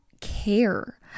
care